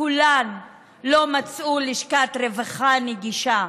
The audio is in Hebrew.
כולן לא מצאו לשכת רווחה נגישה,